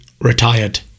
retired